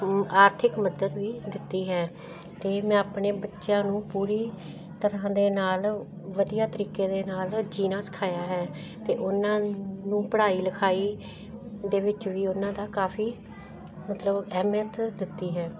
ਆਰਥਿਕ ਮਦਦ ਵੀ ਦਿੱਤੀ ਹੈ ਅਤੇ ਮੈਂ ਆਪਣੇ ਬੱਚਿਆਂ ਨੂੰ ਪੂਰੀ ਤਰ੍ਹਾਂ ਦੇ ਨਾਲ ਵਧੀਆ ਤਰੀਕੇ ਦੇ ਨਾਲ ਜਿਊਣਾ ਸਿਖਾਇਆ ਹੈ ਅਤੇ ਉਹਨਾਂ ਨੂੰ ਪੜ੍ਹਾਈ ਲਿਖਾਈ ਦੇ ਵਿੱਚ ਵੀ ਉਹਨਾਂ ਦਾ ਕਾਫੀ ਮਤਲਬ ਅਹਿਮਅਤ ਦਿੱਤੀ ਹੈ